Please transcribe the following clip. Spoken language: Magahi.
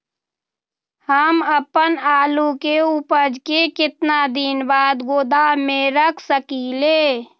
हम अपन आलू के ऊपज के केतना दिन बाद गोदाम में रख सकींले?